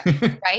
right